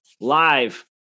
live